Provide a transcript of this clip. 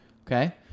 Okay